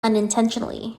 unintentionally